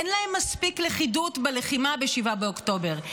אין להם מספיק לכידות בלחימה ב-7 באוקטובר,